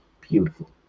beautiful